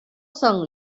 соң